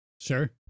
Sure